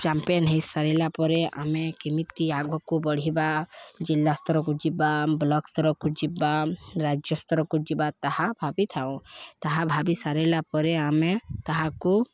champion ହୋଇସାରିଲା ପରେ ଆମେ କେମିତି ଆଗକୁ ବଢ଼ିବା ଜିଲ୍ଲା ସ୍ତରକୁ ଯିବା ବ୍ଲକ୍ ସ୍ତରକୁ ଯିବା ରାଜ୍ୟସ୍ତତରକୁ ଯିବା ତାହା ଭାବିଥାଉ ତାହା ଭାବି ସାରିଲା ପରେ ଆମେ ତାହାକୁ